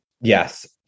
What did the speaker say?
Yes